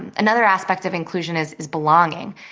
and another aspect of inclusion is is belonging,